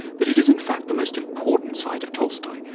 but it is in fact the most important side of tolstoy,